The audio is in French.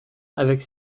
avec